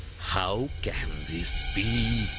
how can this be!